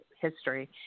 history